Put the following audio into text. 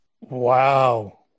Wow